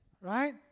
right